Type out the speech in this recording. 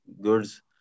goods